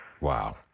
Wow